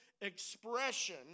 expression